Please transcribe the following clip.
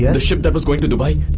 the ship that was going to dubai,